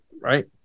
right